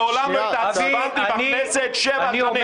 אני מעולם לא התעצבנתי בכנסת - שבע שנים.